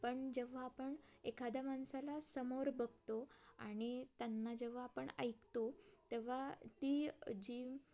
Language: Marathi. पण जेव्हा आपण एखाद्या माणसाला समोर बघतो आणि त्यांना जेव्हा आपण ऐकतो तेव्हा ती जी